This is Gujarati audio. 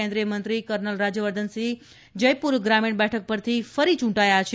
કેન્દ્રિયમંત્રી કર્નલ રાજયવર્ધનસિંહ જયપુર ત્રામીણ બેઠક પરથી ફરી ચૂંટાયા છે